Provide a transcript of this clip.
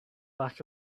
back